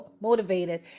motivated